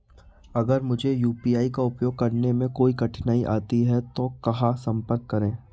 अगर मुझे यू.पी.आई का उपयोग करने में कोई कठिनाई आती है तो कहां संपर्क करें?